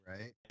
Right